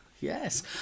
Yes